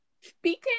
speaking